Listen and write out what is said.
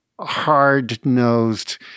hard-nosed